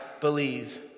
believe